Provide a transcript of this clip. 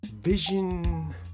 vision